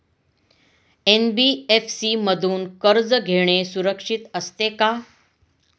NBFC मधून कर्ज घेणे सुरक्षित असते का?